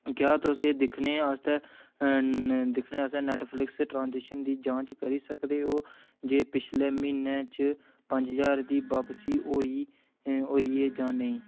क्या तुस एह् दिक्खने आस्तै दिक्खने आस्तै नैट्टफ्लिक्स ट्रांजैक्शनें दी जांच करी सकदे ओ जे पिछले म्हीने च पंज ज्हार दी बापसी होई होई ऐ जां नेईं